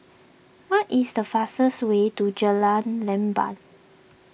what is the fastest way to Jalan Leban